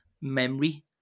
memory